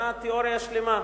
בנה תיאוריה שלמה,